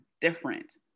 different